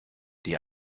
die